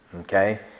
Okay